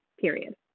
Period